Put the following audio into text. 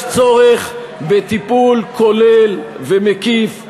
יש צורך בטיפול כולל ומקיף,